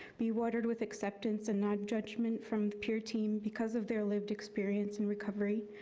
be watered with acceptance and not judgment from the peer team because of their lived experience in recovery,